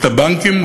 את הבנקים?